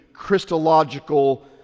christological